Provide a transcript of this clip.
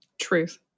truth